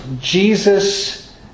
Jesus